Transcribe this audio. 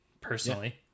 personally